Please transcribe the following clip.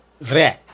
vrai